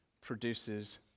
produces